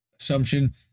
assumption